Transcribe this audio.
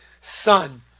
son